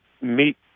meet